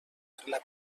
relativa